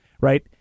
right